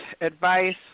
advice